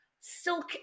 silk